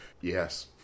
yes